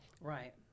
right